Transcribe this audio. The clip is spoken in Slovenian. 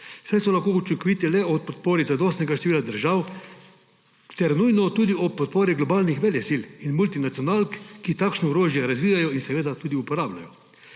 saj so lahko učinkovite le ob podpori zadostnega števila držav ter nujno tudi ob podpori globalnih velesil in multinacionalk, ki takšno orožje razvijajo in seveda tudi uporabljajo,